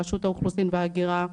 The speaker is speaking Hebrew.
רשות האוכלוסין וההיגרה,